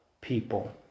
people